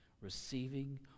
Receiving